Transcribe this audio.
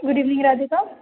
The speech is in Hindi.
good evening Radhika